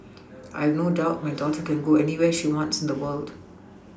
I have no doubt my daughter can go anywhere she wants in the world